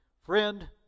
Friend